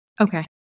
Okay